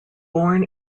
born